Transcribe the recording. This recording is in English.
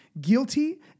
Guilty